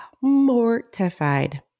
mortified